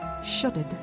shuddered